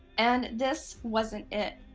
and this wasn't it.